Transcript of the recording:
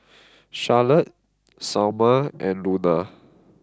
Charlotte Salma and Luna